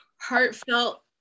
heartfelt